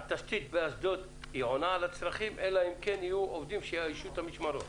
התשתית באשדוד תענה על הצרכים אם יהיו עובדים שיאיישו את המשמרות?